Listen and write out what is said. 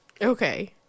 Okay